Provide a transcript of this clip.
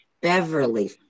Beverly